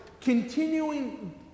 continuing